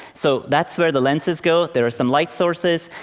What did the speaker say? so that's where the lenses go. there are some light sources.